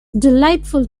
delightful